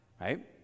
Right